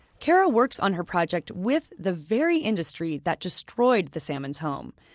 carah works on her project with the very industry that destroyed the salmon's home.